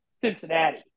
Cincinnati